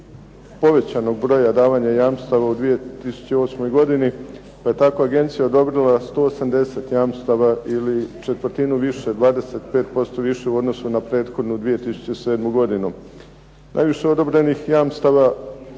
povećanog broja davanja jamstva u 2008. godini pa je tako agencija odobrila 180 jamstava ili četvrtinu više, 25% više od u odnosu na prethodnu 2007. godinu. Najviše odobrenih jamstava